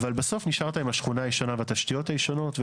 אבל בסוף נשארת עם השכונה הישנה והתשתיות הישנות.